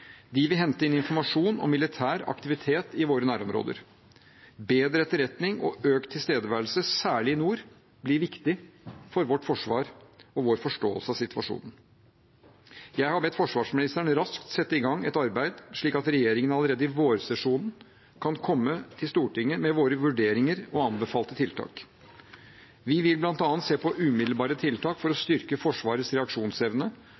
De vil hente inn informasjon om militær aktivitet i våre nærområder. Bedre etterretning og økt tilstedeværelse, særlig i nord, blir viktig for vårt forsvar og vår forståelse av situasjonen. Jeg har bedt forsvarsministeren raskt sette i gang et arbeid, slik at regjeringen allerede i vårsesjonen kan komme til Stortinget med våre vurderinger og anbefalte tiltak. Vi vil bl.a. se på umiddelbare tiltak for å styrke Forsvarets reaksjonsevne